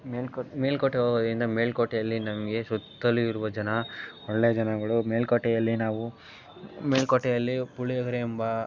ಮೆಲ್ಕ್ ಮೇಲುಕೋಟೆ ಹೋಗೋದ್ರಿಂದ ಮೇಲುಕೋಟೆಯಲ್ಲಿ ನಮಗೆ ಸುತ್ತಲೂ ಇರುವ ಜನ ಒಳ್ಳೆಯ ಜನಗಳು ಮೇಲುಕೋಟೆಯಲ್ಲಿ ನಾವು ಮೇಲುಕೋಟೆಯಲ್ಲಿ ಪುಳಿಯೋಗರೆ ಎಂಬ